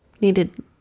needed